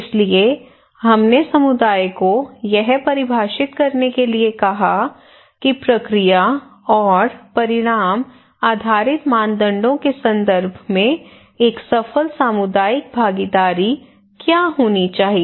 इसलिए हमने समुदाय को यह परिभाषित करने के लिए कहा कि प्रक्रिया और परिणाम आधारित मानदंडों के संदर्भ में एक सफल सामुदायिक भागीदारी क्या होनी चाहिए